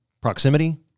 proximity